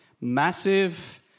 massive